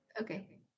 Okay